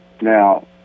Now